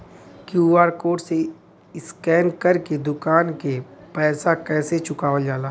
QR code से scan कर के दुकान के पैसा कैसे चुकावल जाला?